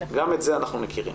גם את זה אנחנו מכירים.